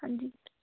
ਹਾਂਜੀ